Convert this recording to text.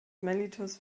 mellitus